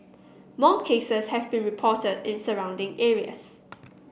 more cases have been reported in surrounding areas